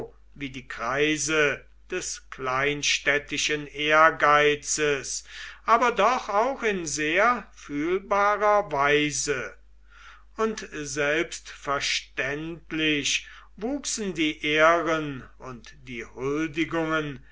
wie die kreise des kleinstädtischen ehrgeizes aber doch auch in sehr fühlbarer weise und selbstverständlich wuchsen die ehren und die huldigungen